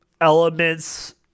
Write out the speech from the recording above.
elements